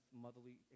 motherly